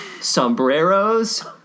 sombreros